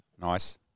Nice